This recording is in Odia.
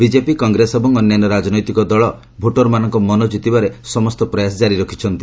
ବିଜେପି କଂଗ୍ରେସ ଏବଂ ଅନ୍ୟାନ୍ୟ ରାଜନୈତକ ଦଳ ଭୋଟରମାନଙ୍କ ମନ କିତିବାରେ ସମସ୍ତ ପ୍ରୟାସ କାରି ରଖିଛନ୍ତି